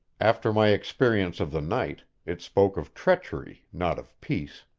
after my experience of the night, it spoke of treachery, not of peace.